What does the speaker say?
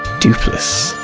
doopliss.